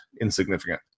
insignificant